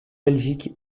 belgique